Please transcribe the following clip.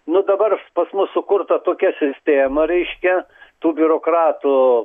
nu dabar pas mus sukurta tokia sistema reiškia tų biurokratų